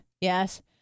Yes